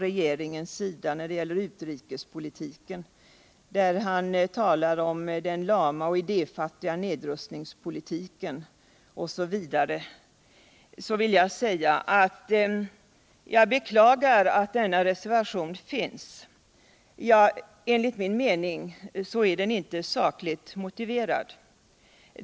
Det finns i det betänkande nr 12 som vi nu behandlar en socialdemokratisk reservation, som gäller neutronbomben. Jag måste beklaga att denna reservation finns. Enligt min mening är den inte sakligt motiverad.